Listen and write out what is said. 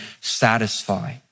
satisfy